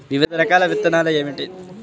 వివిధ రకాల విత్తనాలు ఏమిటి?